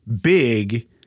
big